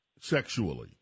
sexually